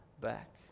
back